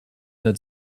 that